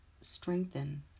strengthen